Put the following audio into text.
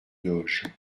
doge